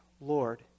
Lord